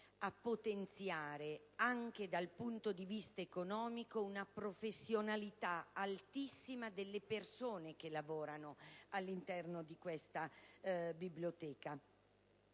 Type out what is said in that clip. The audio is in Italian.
a potenziare, anche dal punto di vista economico, l'altissima professionalità delle persone che lavorano all'interno di questa Biblioteca.